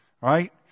right